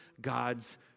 God's